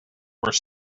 were